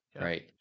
right